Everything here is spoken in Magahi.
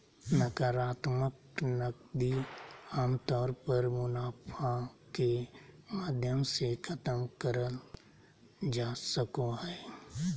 नाकरात्मक नकदी आमतौर पर मुनाफा के माध्यम से खतम करल जा सको हय